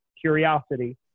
curiosity